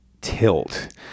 tilt